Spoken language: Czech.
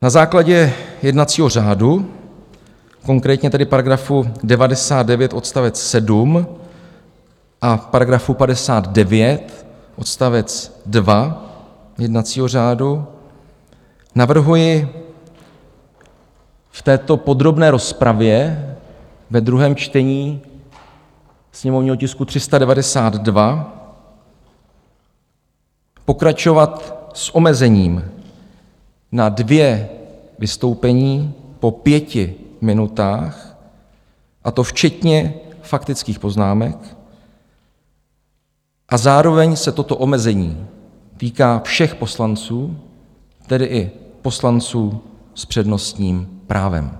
Na základě jednacího řádu, konkrétně tedy § 99 odst. 7 a § 59 odst. 2 jednacího řádu, navrhuji v této podrobné rozpravě ve druhém čtení sněmovního tisku 392 pokračovat s omezením na dvě vystoupení po pěti minutách, a to včetně faktických poznámek, a zároveň se toto omezení týká všech poslanců, tedy i poslanců s přednostním právem.